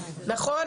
נכון,